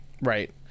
right